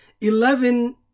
Eleven